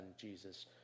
Jesus